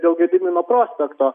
dėl gedimino prospekto